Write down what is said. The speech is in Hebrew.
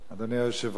אדוני היושב-ראש,